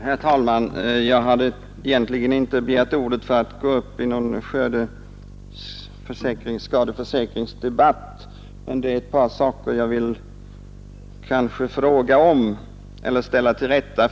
Herr talman! Jag begärde egentligen inte ordet för att gå upp i någon skördeskadeskyddsdebatt. Men det är ett par saker som jag vill ställa till rätta eller fråga om.